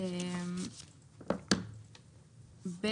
(12)